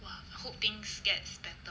!wah! hope things gets better